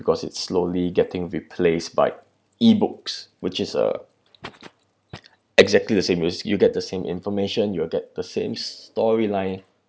because it's slowly getting replaced by E_books which is uh exactly the same you s~ you get the same information you'll get the same storyline